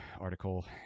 article